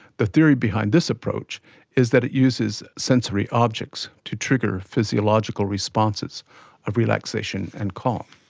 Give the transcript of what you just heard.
the theory behind this approach is that it uses sensory objects to trigger physiological responses of relaxation and calm.